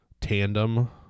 tandem